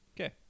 Okay